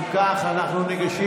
אם כך, אנחנו ניגשים